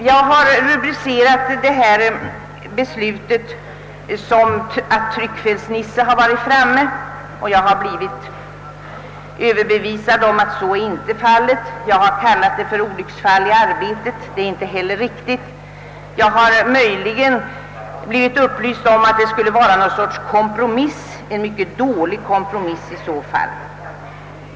Jag har rubricerat detta beslut så att tryckfelsnisse har varit framme, men jag har blivit överbevisad om att så inte är fallet. Jag har kallat det olycksfall i arbetet, men det är inte heller riktigt. Jag har blivit upplyst om att det möjligen skulle vara någon sorts kompromiss — en mycket dålig kompromiss i så fall.